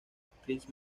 actriz